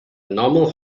normal